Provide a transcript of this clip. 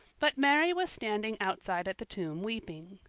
but mary was standing outside at the tomb weeping.